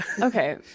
Okay